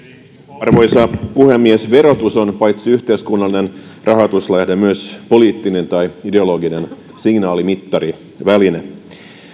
arvoisa puhemies verotus on paitsi yhteiskunnallinen rahoituslähde myös poliittinen tai ideologinen signaali mittari väline